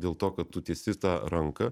dėl to kad tu tiesi tą ranką